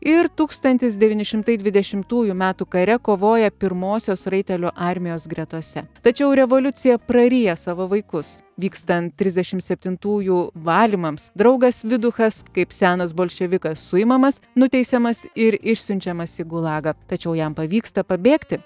ir tūkstantis devyni šimtai dvidešimtųjų metų kare kovoja pirmosios raitelių armijos gretose tačiau revoliucija praryja savo vaikus vykstan trisdešim septintųjų valymams draugas viduchas kaip senas bolševikas suimamas nuteisiamas ir išsiunčiamas į gulagą tačiau jam pavyksta pabėgti